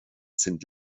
sind